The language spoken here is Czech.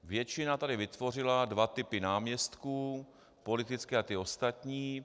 Většina tady vytvořila dva typy náměstků, politické a ty ostatní.